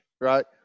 right